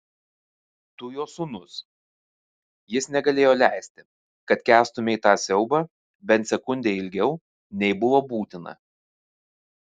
tu jo sūnus jis negalėjo leisti kad kęstumei tą siaubą bent sekundę ilgiau nei buvo būtina